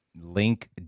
Link